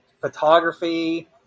photography